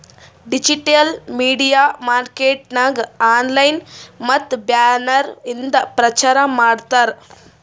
digital media marketing online ಮತ್ತ banner ಇಂದ ಪ್ರಚಾರ್ ಮಾಡ್ತಾರ್